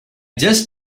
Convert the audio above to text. just